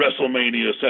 WrestleMania